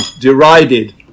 derided